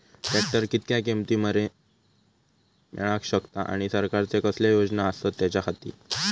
Tractor कितक्या किमती मरेन मेळाक शकता आनी सरकारचे कसले योजना आसत त्याच्याखाती?